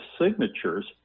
signatures